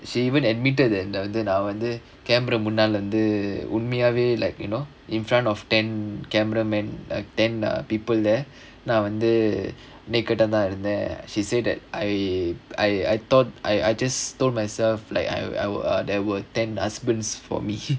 she even admitted அந்த வந்து நா வந்து:andha vandhu naa vandhu camera முன்னால வந்து உண்மையாவே:munnaala vanthu vanthu unmaiyaavae like you know in front of ten cameramen ten people there நா வந்து:naa vanthu naked ah தா இருந்தேன்:thaa irunthaen she said that I I I thought I I just told myself like I ~ there were ten husbands for me